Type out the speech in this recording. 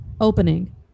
Opening